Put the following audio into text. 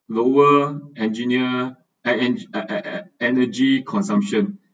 lower engineer en~ en~ en~ en~ energy consumption